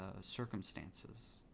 circumstances